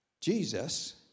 Jesus